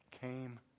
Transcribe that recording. came